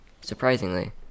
surprisingly